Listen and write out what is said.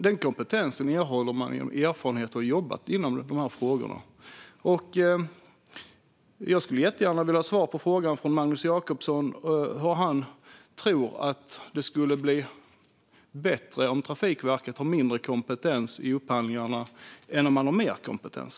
Denna kompetens erhåller man genom erfarenhet av att jobba med dessa frågor. Jag skulle jättegärna vilja ha svar från Magnus Jacobsson på frågan hur han tror att det skulle bli bättre om Trafikverket har mindre kompetens i upphandlingarna än om man har mer kompetens.